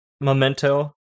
Memento